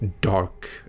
dark